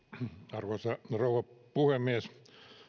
arvoisa rouva puhemies